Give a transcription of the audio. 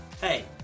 Hey